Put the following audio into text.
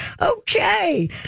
Okay